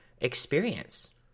experience